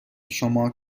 شما